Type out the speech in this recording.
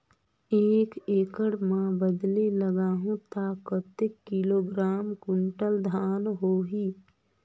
एक एकड़ मां बदले लगाहु ता कतेक किलोग्राम कुंटल धान होही?